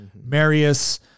Marius